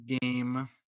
game